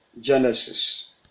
Genesis